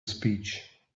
speech